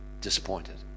Disappointed